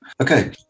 Okay